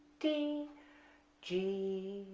d g,